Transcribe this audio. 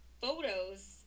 photos